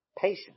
patience